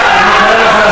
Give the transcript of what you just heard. אני סולד ממך,